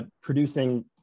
producing